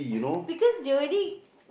because they already